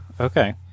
okay